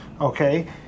okay